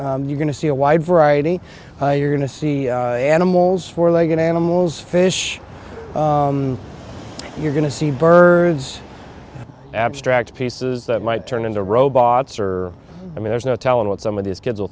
street you're going to see a wide variety you're going to see animals four legged animals fish you're going to see birds abstract pieces that might turn into robots or i mean there's no telling what some of these kids will